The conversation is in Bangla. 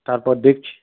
তারপর দেখছি